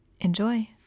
Enjoy